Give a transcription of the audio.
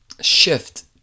shift